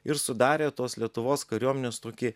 ir sudarė tos lietuvos kariuomenės tokį